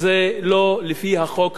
זה לא לפי החוק הבין-לאומי.